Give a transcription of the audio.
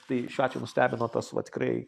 tai šiuo atveju nustebino tas va tikrai